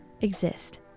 exist